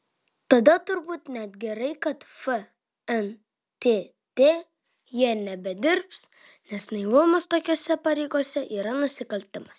tada turbūt net gerai kad fntt jie nebedirbs nes naivumas tokiose pareigose yra nusikaltimas